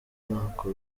ntako